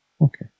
Okay